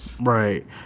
Right